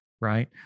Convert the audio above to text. right